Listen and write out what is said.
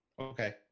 Okay